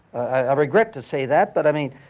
i ah regret to say that, but i mean,